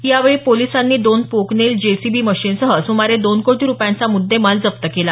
यावेळी पोलिसांनी दोन पोकनेल जेसीबी मशिनसह सुमारे दोन कोटी रुपयांचा मुद्देमाल जप्त केला